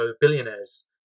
billionaires